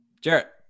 Jarrett